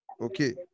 okay